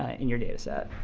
ah in your data set.